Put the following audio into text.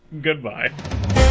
Goodbye